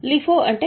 LIFO అంటే